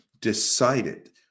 decided